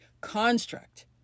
construct